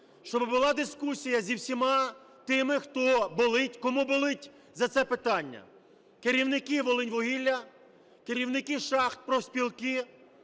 Щоб була дискусія зі всіма тими, кому болить за це питання. Керівники "Волиньвугілля", керівники шахт, профспілки,